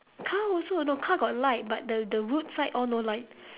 car also know car got light but the the roadside all no light